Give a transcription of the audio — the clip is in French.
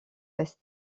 ouest